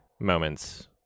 moments